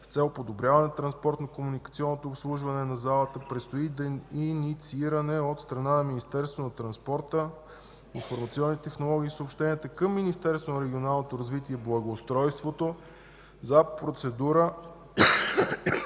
с цел подобряване на транспортно-комуникационното обслужване на залата, предстои иницииране от страна на Министерството на транспорта, информационните технологии и съобщенията към Министерството на регионалното развитие и благоустройството за процедура